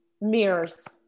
mirrors